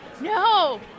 no